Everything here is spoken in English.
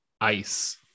ice